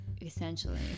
Essentially